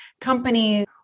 companies